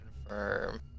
Confirm